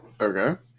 Okay